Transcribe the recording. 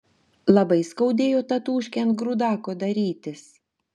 labai skaudėjo tatūškę ant grūdako darytis